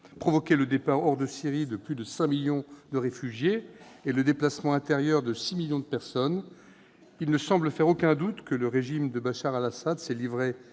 provoqué le départ hors de Syrie de plus 5 millions de réfugiés et le déplacement intérieur de 6 millions de personnes, il ne semble faire aucun doute que le régime de Bachar al-Assad s'est livré,